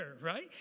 right